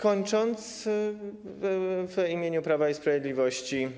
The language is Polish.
Kończąc, chcę powiedzieć, że w imieniu Prawa i Sprawiedliwości